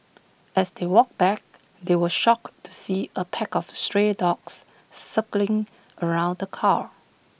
as they walked back they were shocked to see A pack of stray dogs circling around the car